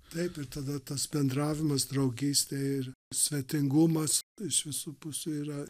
taip ir tada tas bendravimas draugystė ir svetingumas iš visų pusių yra